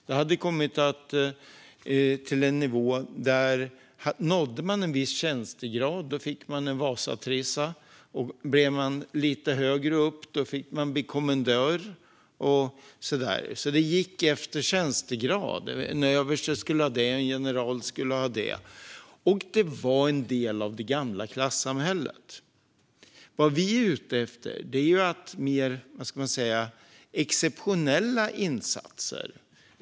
Det hade kommit till en nivå där det var så att nådde man en viss tjänstegrad fick man en vasatrissa, och kom man lite högre upp fick man bli kommendör. Det gick alltså efter tjänstegrad: En överste skulle ha det, och en general skulle ha det. Det var en del av det gamla klassamhället. Vad vi är ute efter är att uppmärksamma mer exceptionella insatser.